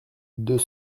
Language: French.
deux